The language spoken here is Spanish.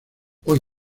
hoy